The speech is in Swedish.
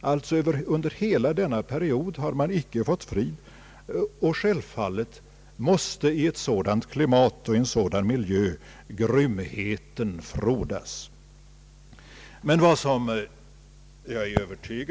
Under hela denna period har man icke fått fred. Självfallet måste i ett sådant klimat och i en sådan miljö grymheten frodas.